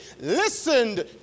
listened